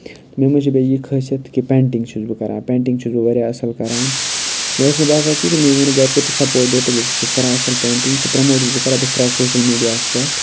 مےٚ منٛز چھُ بیٚیہِ یہِ خٲصیت کہِ پینٹِنگ چھُس بہٕ کران پینٹِنگ چھُس بہٕ واریاہ اَصٕل کران مےٚ ٲس نہٕ باسان کینٛہہ تہٕ مےٚ ووٚنُکھ گرِکیو سَپوٹ کران اَصٕل پینٹِنگ تہٕ پرٛموٹ چھُس بہٕ کران بہٕ چھُس ترٛاوان سوشَل میٖڈیاہَس پٮ۪ٹھ